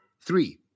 Three